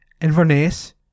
Inverness